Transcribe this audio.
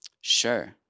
Sure